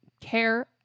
care